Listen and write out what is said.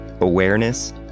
awareness